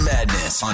Madness